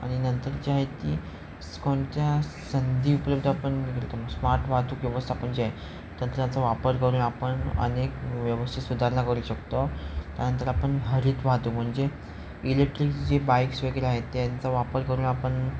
आणि नंतर जे आहे ती कोणत्या संधी उपलब्ध आपण स्मार्ट वाहतूक व्यवस्थापन जे आहे त्यांचा त्यांचा वापर करून आपण अनेक व्यवस्थित सुधारणा करू शकतो त्यानंतर आपण हरित वाहतूक म्हणजे इलेक्ट्रिक जे बाईक्स वगैरे आहेत त्यांचा वापर करून आपण